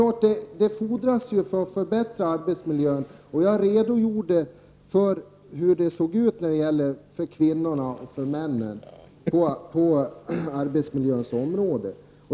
Men det fordras medel för att förbättra arbetsmiljön. Jag redogjorde för hur det såg ut för kvinnorna och männen på arbetsmiljöns område.